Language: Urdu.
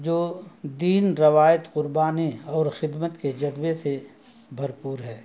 جو دین روایت قربانی اور خدمت کے جذبے سے بھرپور ہے